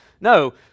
no